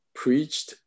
preached